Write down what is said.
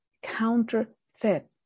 counterfeit